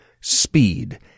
speed